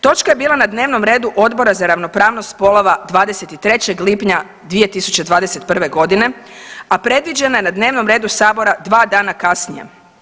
Točka je bila na dnevnom redu Odbora za ravnopravnost spolova 23. lipnja 2021.g., a predviđena je na dnevnom redu sabora dva dana kasnije.